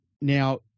Now